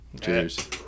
Cheers